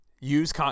Use